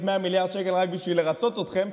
100 מיליארד שקל רק בשביל לרצות אתכם,